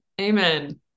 Amen